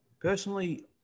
Personally